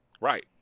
Right